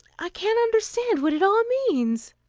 i can't understand what it all means.